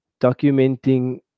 documenting